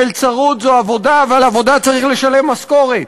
מלצרות זו עבודה, ועל עבודה צריך לשלם משכורת.